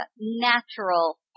natural